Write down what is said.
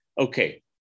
Okay